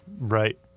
Right